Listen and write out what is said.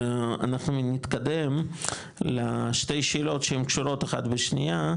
אנחנו נתקדם לשתי שאלות שהם קשורות אחת בשנייה,